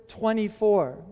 24